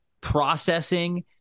processing